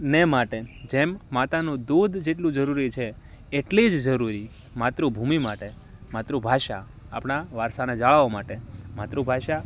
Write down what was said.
ને માટે જેમ માતાનું દૂધ જેટલું જરૂરી છે એટલી જ જરૂરી માતૃભૂમિ માટે માતૃભાષા આપણા વારસાને જાળવવા માટે માતૃભાષા એ